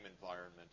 environment